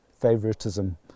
favoritism